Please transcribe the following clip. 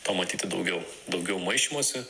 pamatyti daugiau daugiau maišymosi